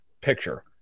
picture